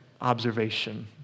observation